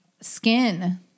skin